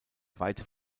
weite